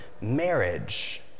marriage